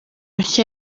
nshya